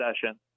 session